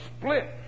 split